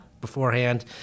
beforehand